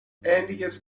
ähnliches